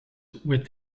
with